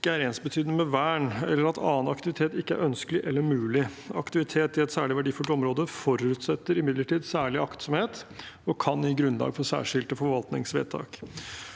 er ensbetydende med vern eller at annen aktivitet ikke er ønskelig eller mulig. Aktivitet i et særlig verdifullt område forutsetter imidlertid særlig aktsomhet og kan gi grunnlag for særskilte forvaltningsvedtak.